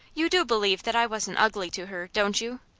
you do believe that i wasn't ugly to her, don't you?